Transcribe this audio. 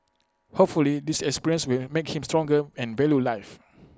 hopefully this experience will make him stronger and value life